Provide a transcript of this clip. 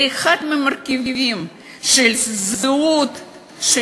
זה אחד מהמרכיבים של הזהות של